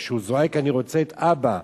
כשהוא זועק: אני רוצה את אבא,